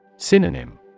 synonym